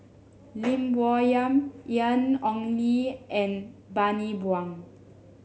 Lim Bo Yam Ian Ong Li and Bani Buang